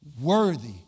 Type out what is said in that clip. Worthy